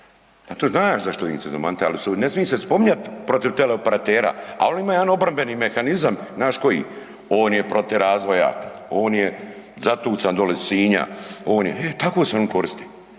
A to znaš zašto im se zamanta jer ne smije im se spominjat protiv teleoperatera, a oni imaju jedan obrambeni mehanizam, znaš koji. On je protiv razvoja, on je zatucan dolje iz Sinja, on je, tako se oni koriste.